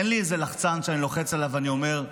אין לי איזה לחצן שאני לוחץ עליו ואני אומר: